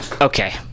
Okay